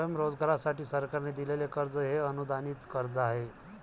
स्वयंरोजगारासाठी सरकारने दिलेले कर्ज हे अनुदानित कर्ज आहे